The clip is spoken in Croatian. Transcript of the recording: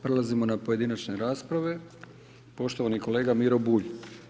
Prelazimo na pojedinačne rasprave, poštovani kolega Miro Bulj.